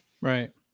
Right